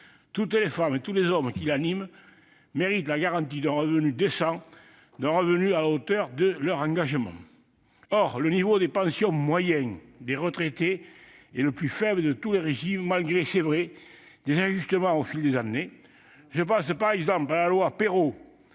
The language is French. toutes les femmes et tous les hommes qui l'animent méritent la garantie d'un revenu décent à la hauteur de leur engagement. Or le niveau de pension moyen des retraités agricoles est le plus faible de tous les régimes, malgré des ajustements au fil des années. Je pense par exemple à la loi dite